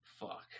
Fuck